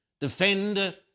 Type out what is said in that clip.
defend